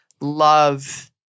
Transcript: love